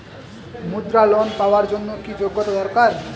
মুদ্রা লোন পাওয়ার জন্য কি যোগ্যতা দরকার?